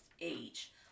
Age